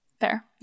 Fair